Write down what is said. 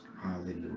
Hallelujah